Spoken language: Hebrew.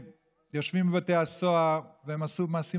שיושבים בבתי הסוהר והם עשו מעשים,